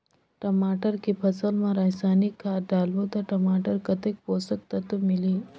टमाटर के फसल मा रसायनिक खाद डालबो ता टमाटर कतेक पोषक तत्व मिलही?